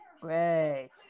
Great